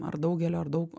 ar daugelio ar daug